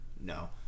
no